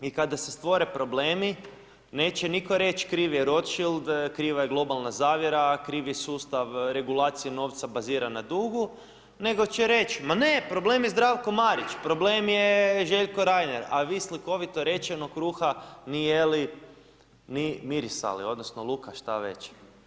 I kada se stvore problemi, neće nitko reći kriv je Rodschield, kriva je globalna zavjera, kriv je sustav regulacije novca baziran na dugu, nego će reći, ma ne problem je Zdravko Marić, problem je Željko Reiner, a vi slikovito rečeno, kruha ni jeli, ni mirisali odnosno luka, šta već?